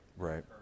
Right